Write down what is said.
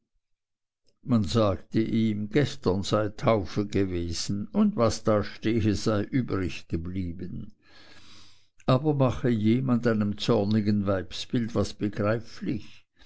man sagte ihm gestern sei taufe gewesen und was da stehe sei übrig geblieben aber mache jemand einem zornigen weibsbild was begreiflich